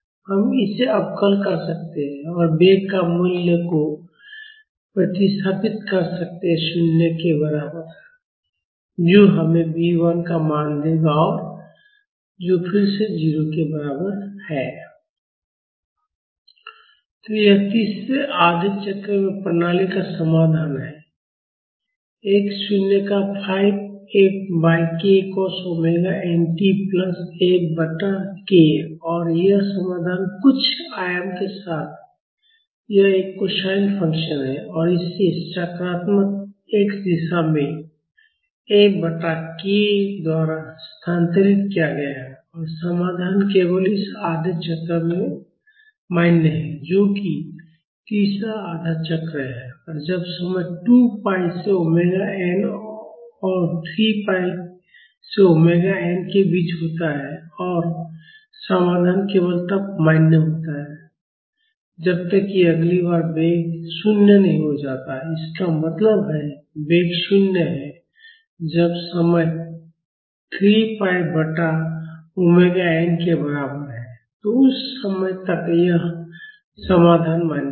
हम इसे अवकल कर सकते हैं और वेग का मूल्य को प्रतिस्थापित कर सकते 0 के बराबर है जो हमें B 1 का मान देगा और जो फिर से 0 के बराबर है तो यह तीसरे आधे चक्र में प्रणाली का समाधान है x शून्य का 5 F by k cos omega n t plus F बटा k और यह समाधान कुछ आयाम के साथ यह एक कोसाइन फ़ंक्शन है और इसे सकारात्मक x दिशा में F बटा k द्वारा स्थानांतरित किया गया है और समाधान केवल इस आधे चक्र में मान्य है जो कि तीसरा आधा चक्र है जब समय 2 पाई से ओमेगा एन और 3 पाई से ओमेगा एन के बीच होता है और समाधान केवल तब तक मान्य होता है जब तक कि अगली बार वेग 0 नहीं हो जाता इसका मतलब है वेग 0 है जब समय 3 पाई बटा ओमेगा एन के बराबर है तो उस समय तक यह समाधान मान्य है